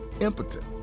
impotent